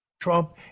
Trump